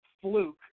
fluke